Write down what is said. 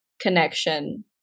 connection